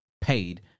paid